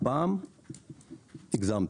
הפעם הגזמתם.